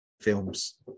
films